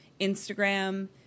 Instagram